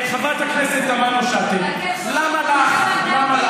חברת הכנסת תמנו-שטה, למה לך?